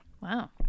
Wow